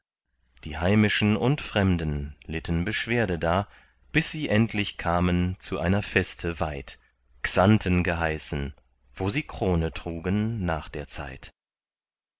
die heimischen und fremden litten beschwerde da bis sie endlich kamen zu einer feste weit xanten geheißen wo sie krone trugen nach der zeit